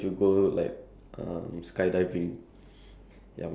it depends eh how you class those like achievements